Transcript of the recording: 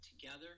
together